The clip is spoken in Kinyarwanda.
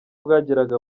bwagiraga